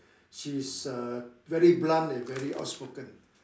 she is uh very blunt and very outspoken